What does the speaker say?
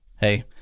Hey